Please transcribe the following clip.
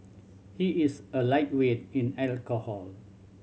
he is a lightweight in alcohol